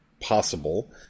possible